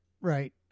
right